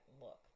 look